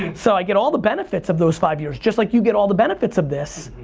so i get all the benefits of those five years, just like you get all the benefits of this.